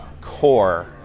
core